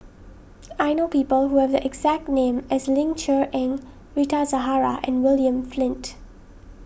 I know people who have the exact name as Ling Cher Eng Rita Zahara and William Flint